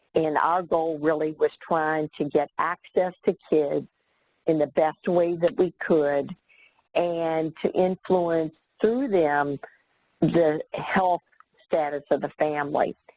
our goal really was trying to get access to kids in the best way that we could and to influence through them the health status of the family,